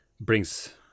brings